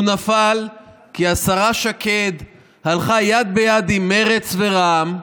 הוא נפל כי השרה שקד הלכה יד ביד עם מרצ ורע"מ.